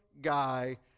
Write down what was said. guy